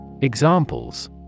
Examples